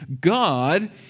God